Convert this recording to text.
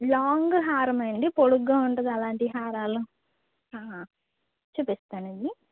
long హారమండి పొడుగ్గా ఉంటుంది అలాంటి హారాలు చూపిస్తానండి